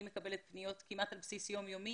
אני מקבלת פניות כמעט על בסיס יום יומי